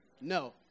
No